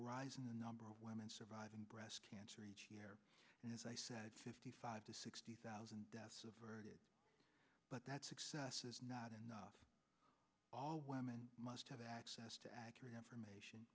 rise in the number of women surviving breast cancer each year as i said fifty five to sixty thousand deaths of it but that success is not enough all women must have access to accurate information